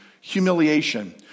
humiliation